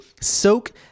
soak